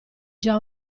già